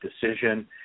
decision